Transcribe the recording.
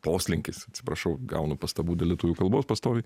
poslinkis atsiprašau gaunu pastabų dėl lietuvių kalbos pastoviai